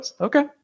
Okay